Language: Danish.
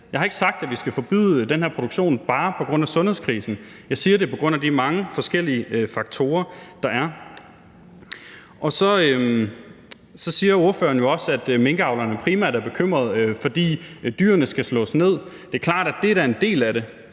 Jeg har ikke sagt, at vi skal forbyde den her produktion bare på grund af sundhedskrisen. Jeg siger, at det er på grund af de mange forskellige faktorer, der er. Så siger ordføreren også, at minkavlerne primært er bekymrede, fordi dyrene skal slås ned. Det er klart, at det da er en del af det,